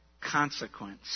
consequence